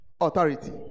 authority